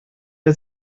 der